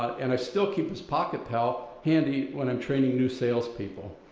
and i still keep his pocket pell handy when i'm training new sales people.